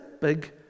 big